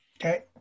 Okay